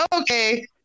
okay